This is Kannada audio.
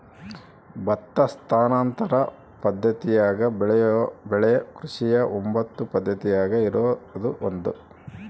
ಭತ್ತ ಸ್ಥಾನಾಂತರ ಪದ್ದತಿಯಾಗ ಬೆಳೆಯೋ ಬೆಳೆ ಕೃಷಿಯ ಒಂಬತ್ತು ಪದ್ದತಿಯಾಗ ಇದು ಒಂದು